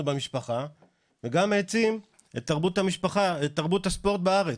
במשפחה וגם העצים את תרבות הספורט בארץ,